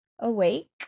awake